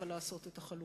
אבל לעשות את החלוקה.